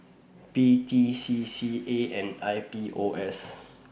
P T C C A and I P O S